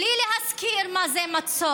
בלי להזכיר מה זה מצור,